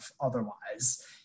otherwise